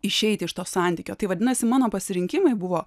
išeiti iš to santykio tai vadinasi mano pasirinkimai buvo